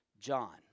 John